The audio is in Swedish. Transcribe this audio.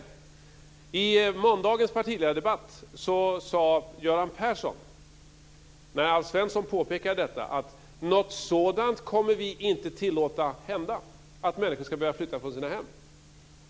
När Alf Svensson påpekade detta i måndagens partiledardebatt sade Göran Persson att man inte kommer att tillåta att något sådant händer, att människor ska behöva flytta från sina hem.